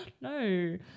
No